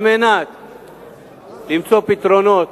כדי למצוא פתרונות